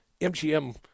MGM